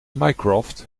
mycroft